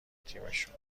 تیمشون